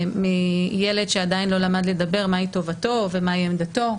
מילד שעדיין לא למד לדבר מה היא טובתו ומהי עמדתו.